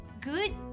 good